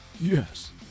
Yes